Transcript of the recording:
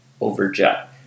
overjet